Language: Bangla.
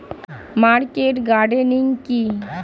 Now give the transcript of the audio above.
মার্কেট গার্ডেনিং কি?